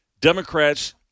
Democrats